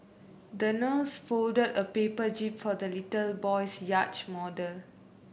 the nurse folded a paper jib for the little boy's yacht model